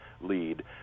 lead